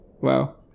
Wow